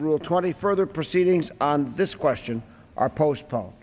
rule twenty further proceedings on this question are postpone